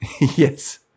Yes